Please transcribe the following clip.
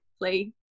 play